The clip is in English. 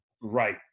right